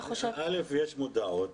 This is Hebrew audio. יש מודעות.